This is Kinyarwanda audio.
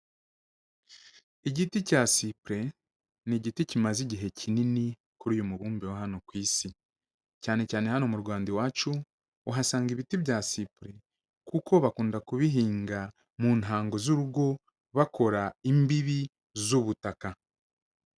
Igiti cya sipure ni igiti kimaze igihe kinini kuri uyu mubumbe wa hano ku Isi, cyane cyane hano mu Rwanda i wacu uhasanga ibiti bya sipure kuko bakunda kubihinga mu ntango z'urugo bakora imbibi z'ubutaka.